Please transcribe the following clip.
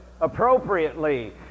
appropriately